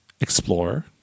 explorer